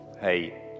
Hey